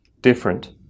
different